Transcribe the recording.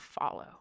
follow